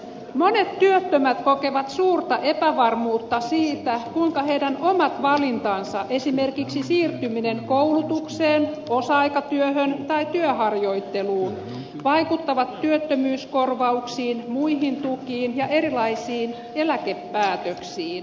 monet työttömät kokevat suurta epävarmuutta siitä kuinka heidän omat valintansa esimerkiksi siirtyminen koulutukseen osa aikatyöhön tai työharjoitteluun vaikuttavat työttömyyskorvauksiin muihin tukiin ja erilaisiin eläkepäätöksiin